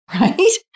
Right